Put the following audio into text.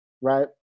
right